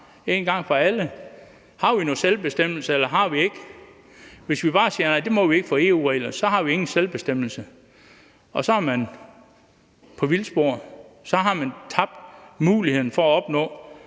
en gang for alle: Har vi noget som helst selvbestemmelse, eller har vi ikke? Hvis vi bare siger, at vi ikke må på grund af EU-reglerne, så har vi ingen selvbestemmelse, og så er vi på vildspor. Så har vi på forhånd gået glip af muligheden for at opnå